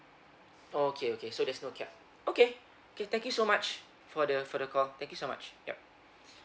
oh okay okay so there's no cap okay okay thank you so much for the for the call thank you so much yup